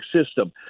system